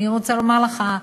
אני רוצה לומר לך,